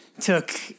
took